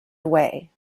away